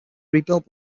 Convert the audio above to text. rebuilt